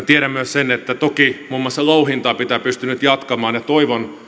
tiedän myös sen että toki muun muassa louhintaa pitää pystyä nyt jatkamaan ja toivon